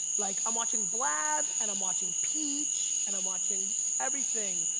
like, i'm watching blab, and i'm watching peach, and i'm watching everything,